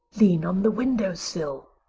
lean on the window sill,